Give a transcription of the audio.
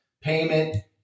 payment